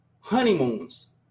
honeymoons